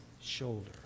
shoulder